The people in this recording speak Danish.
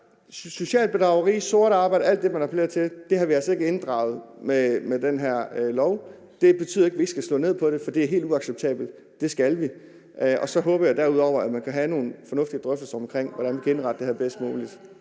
socialt bedrageri, sort arbejde og alt det, man henviser til, har vi altså ikke inddraget med den her lov. Det betyder ikke, at vi ikke skal slå ned på det, det skal vi, for det er helt uacceptabelt. Og så håber jeg derudover, at man kan have nogle fornuftige drøftelser om, hvordan vi kan indrette det her bedst muligt.